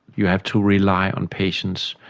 you have to rely on patients,